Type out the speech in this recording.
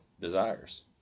desires